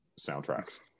soundtracks